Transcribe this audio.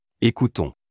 Écoutons